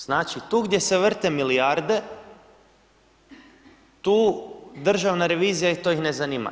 Znači, tu gdje se vrte milijarde tu državna revizija i to ih ne zanima.